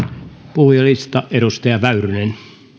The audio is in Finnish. puhujalista edustaja väyrynen